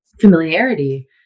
familiarity